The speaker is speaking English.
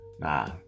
Nah